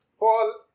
Paul